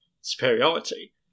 superiority